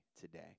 today